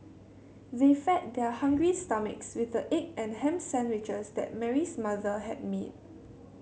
they fed their hungry stomachs with the egg and ham sandwiches that Mary's mother had made